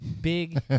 big